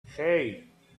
hey